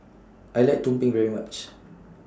I like Tumpeng very much